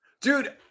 Dude